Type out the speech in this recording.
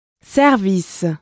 Service